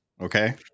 Okay